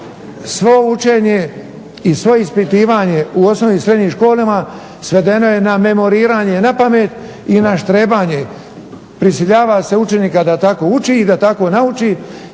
svo učenje i svo ispitivanje u osnovnim i srednjim školama svedeno je na memoriranje napamet i na štrebanje, prisiljava se učenika da tako uči i da tako nauči